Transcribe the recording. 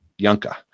Yanka